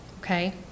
okay